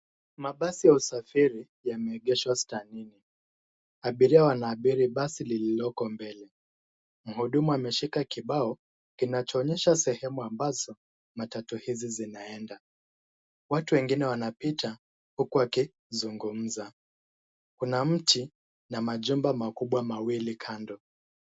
Mabasi ya usafiri yameegeshwa stanini, abiria wanaabiri basi liloko mbele. Mhudumu ameshika kibao kinachoonyesha sehemu ambazo matatu hizi zinaenda. Watu wengine wanapita huku wakizungumza. Kuna mti na majumba makubwa mawili kando.